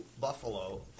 Buffalo